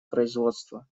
производства